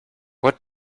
what